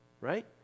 right